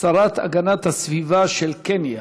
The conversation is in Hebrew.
שרת הגנת הסביבה של קניה,